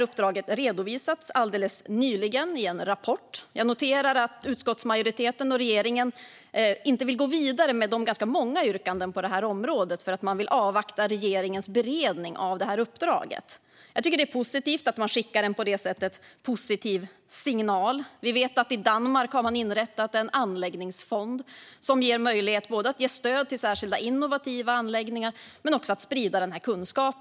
Uppdraget har alldeles nyligen redovisats i en rapport. Jag noterar att utskottsmajoriteten och regeringen inte vill gå vidare med de ganska många yrkandena på området för att man vill avvakta regeringens beredning av uppdraget. Jag tycker att det är bra att man skickar en på det viset positiv signal. Vi vet att man i Danmark har inrättat en anläggningsfond som ger möjlighet både att ge stöd till särskilt innovativa anläggningar och att sprida kunskapen.